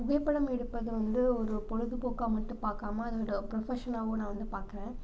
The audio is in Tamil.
புகைப்படம் எடுப்பது வந்து ஒரு பொழுதுபோக்காக மட்டும் பார்க்காம அது ஒரு ப்ரொஃபஷனல்லாகவும் நான் வந்து பார்க்குறேன்